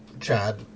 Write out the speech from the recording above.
Chad